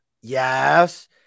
Yes